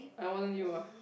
uh it wasn't you ah